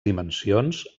dimensions